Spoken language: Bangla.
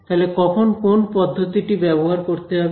তাহলে কখন কোন পদ্ধতিটি ব্যবহার করতে হবে